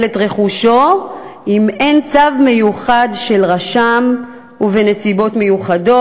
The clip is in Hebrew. את רכושו אם אין צו מיוחד של רשם ובנסיבות מיוחדות.